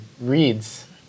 reads